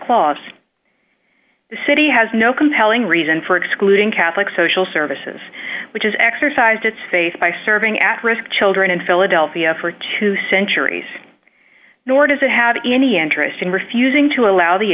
clause city has no compelling reason for excluding catholic social services which is exercised its face by serving at risk children in philadelphia for two centuries nor does it have any interest in refusing to allow the